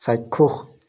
চাক্ষুষ